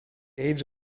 age